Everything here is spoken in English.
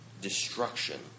destruction